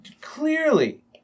clearly